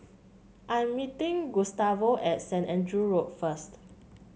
I'm meeting Gustavo at Saint Andrew Road first